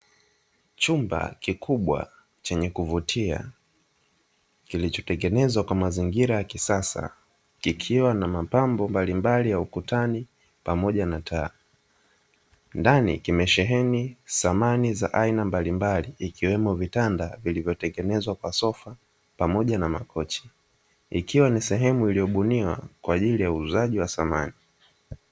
Chumba kikubwa chenye kuvutia, kilichotengenzwa kwa mazingira ya kisasa kikiwa na mapambo mbalimbali ya ukutani pamoja na taa. Ndani kimesheheni samani za aina mbalimbali ikiwemo vitanda vilivyotengenezwa kwa sofa pamoja na makochi, ikiwa ni sehemu iliyobuniwa kwa ajili ya uuzaji wa samani.